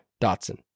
dotson